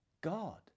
God